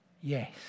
yes